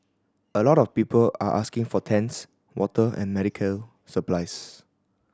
a lot of people are asking for tents water and medical supplies